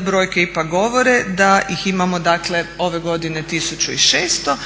brojke ipak govore da ih imamo dakle ove godine 1600.